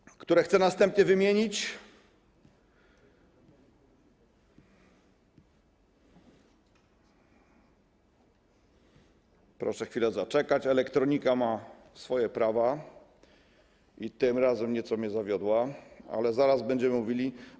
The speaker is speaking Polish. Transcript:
Powiaty, które chcę następnie wymienić - proszę chwilę zaczekać, elektronika ma swoje prawa i tym razem nieco mnie zawiodła, ale zaraz będziemy mogli.